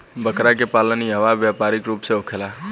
बकरा के पालन इहवा व्यापारिक रूप से होखेला